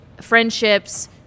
friendships